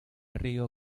río